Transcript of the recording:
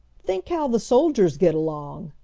think how the soldiers get along!